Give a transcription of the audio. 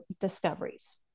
discoveries